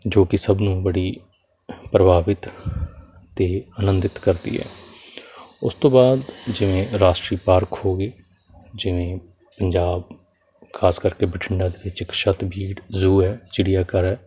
ਜੋ ਕਿ ਸਭ ਨੂੰ ਬੜੀ ਪ੍ਰਭਾਵਿਤ ਅਤੇ ਆਨੰਦਿਤ ਕਰਦੀ ਹੈ ਉਸ ਤੋਂ ਬਾਅਦ ਜਿਵੇਂ ਰਾਸ਼ਟਰੀ ਪਾਰਕ ਹੋ ਗਈ ਜਿਵੇਂ ਪੰਜਾਬ ਖ਼ਾਸ ਕਰਕੇ ਬਠਿੰਡਾ ਦੇ ਵਿੱਚ ਇੱਕ ਸ਼ਤਬੀਡ ਜੂਹ ਹੈ ਚਿੜੀਆਘਰ ਐ